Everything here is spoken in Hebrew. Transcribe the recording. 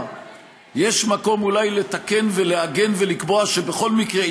יש מקום אולי לתקן ולעגן ולקבוע שבכל מקרה,